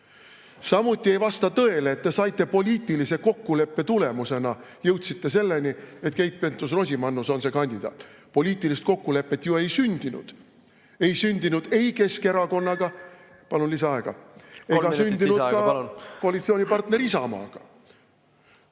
Samuti ei vasta tõele, et te poliitilise kokkuleppe tulemusena jõudsite selleni, et Keit Pentus-Rosimannus on see kandidaat. Poliitilist kokkulepet ju ei sündinud, ei sündinud ei Keskerakonnaga ... Palun lisaaega. Kolm minutit lisaaega,